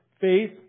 faith